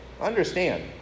Understand